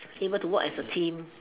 able to work as a team